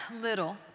little